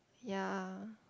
ya